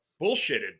bullshitted